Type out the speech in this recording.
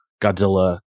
Godzilla